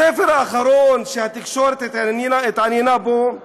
הספר האחרון שהתקשורת התעניינה בו הוא